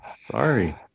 Sorry